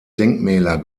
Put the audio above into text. denkmäler